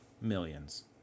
millions